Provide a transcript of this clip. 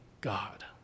God